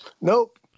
Nope